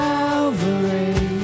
Calvary